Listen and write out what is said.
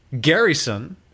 Garrison